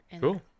Cool